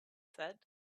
said